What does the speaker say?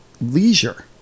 leisure